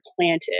Planted